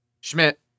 Schmidt